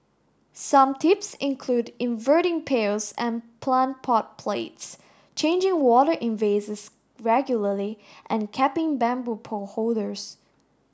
some tips include inverting pails and plant pot plates changing water in vases regularly and capping bamboo pole holders